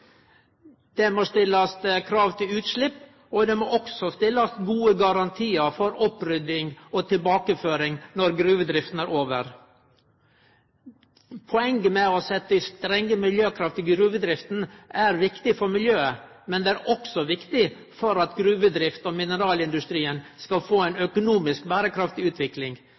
Det må stillast krav til utslepp, og det må også stillast gode garantiar for opprydding og tilbakeføring når gruvedrifta er over. Poenget med å setje strenge miljøkrav til gruvedrifta er at det er viktig for miljøet, men også at det er viktig for at gruvedrifta og mineralindustrien skal få ei økonomisk berekraftig utvikling.